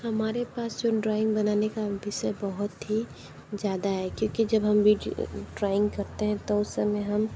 हमारे पास सुन ड्राइंग बनाने का विषय बहुत ही ज़्यादा है क्योंकि जब हम वीडियो ड्राइंग करते हैं तो उस समय हम